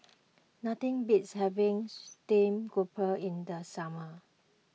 nothing beats having Stream Grouper in the summer